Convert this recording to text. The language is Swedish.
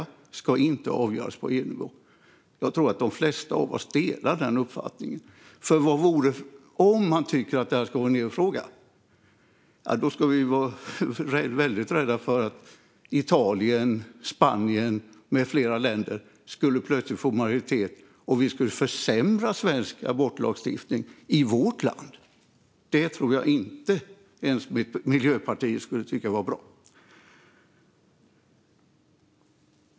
Den ska inte avgöras på EU-nivå. Jag tror att de flesta av oss delar den uppfattningen. Om man tycker att det ska vara en EU-fråga ska vi vara väldigt rädda för att Italien, Spanien med flera länder plötsligt skulle kunna få majoritet och vi då skulle försämra svensk abortlagstiftning i vårt land. Det tror jag inte ens att Miljöpartiet skulle tycka vore bra.